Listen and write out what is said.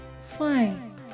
fine